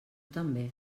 també